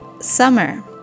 summer